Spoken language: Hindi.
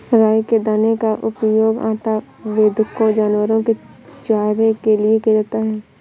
राई के दाने का उपयोग आटा, वोदका, जानवरों के चारे के लिए किया जाता है